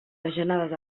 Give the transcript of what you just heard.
bajanades